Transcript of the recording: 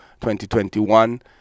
2021